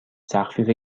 تخفیف